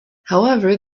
however